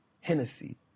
Hennessy